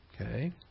Okay